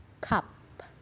cup